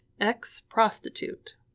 ex-prostitute